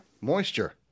Moisture